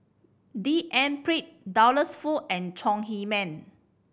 D N Pritt Douglas Foo and Chong Heman